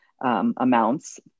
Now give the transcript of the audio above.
amounts